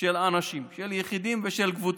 של אנשים, של יחידים ושל קבוצות.